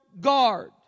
guard